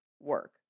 work